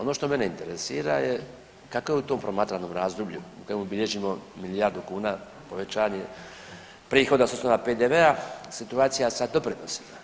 Ono što mene interesira je kako je u tom promatranom razdoblju u kojem bilježimo milijardu kuna povećanje prihoda s osnova PDV-a situacija sa doprinosima?